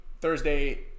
Thursday